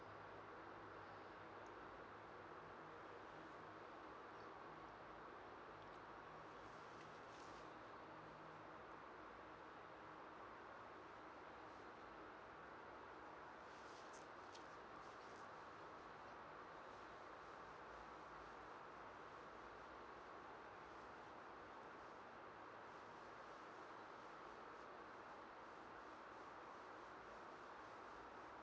uh